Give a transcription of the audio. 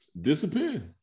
disappear